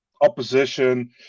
opposition